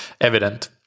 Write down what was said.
evident